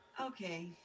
Okay